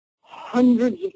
hundreds